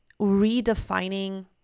redefining